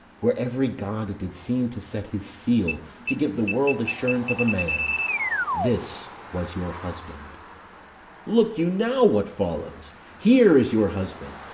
where every god did seem to set his seal, to give the world assurance of a man this was your husband look you now what follows here is your husband,